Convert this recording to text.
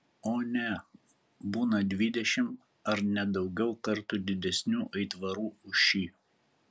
o ne būna dvidešimt ar net daugiau kartų didesnių aitvarų už šį